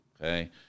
okay